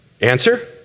Answer